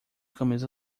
camisa